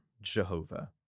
Jehovah